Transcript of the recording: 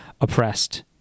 oppressed